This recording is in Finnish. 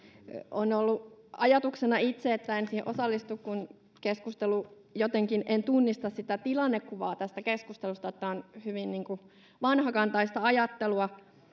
on ollut ajatuksena että en siihen itse osallistu kun jotenkin en tunnista sitä tilannekuvaa tästä keskustelusta tämä on hyvin vanhakantaista ajattelua